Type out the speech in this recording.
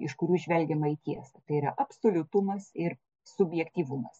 iš kurių žvelgiama į tiesą tai yra absoliutumas ir subjektyvumas